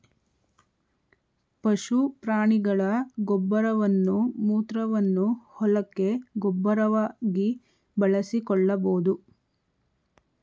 ಪಶು ಪ್ರಾಣಿಗಳ ಗೊಬ್ಬರವನ್ನು ಮೂತ್ರವನ್ನು ಹೊಲಕ್ಕೆ ಗೊಬ್ಬರವಾಗಿ ಬಳಸಿಕೊಳ್ಳಬೋದು